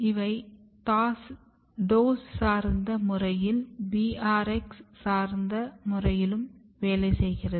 இவன் டோஸ் சார்ந்த முறையிலும் BRX சார்ந்த முறையிலும் வேலைசெய்க்கிறது